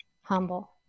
humble